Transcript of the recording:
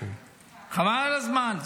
חבל על הזמן.